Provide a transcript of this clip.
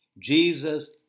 Jesus